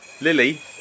Lily